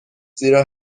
زیرا